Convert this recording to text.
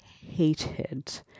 hated